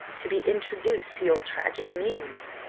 to be introduced to your tragic muse?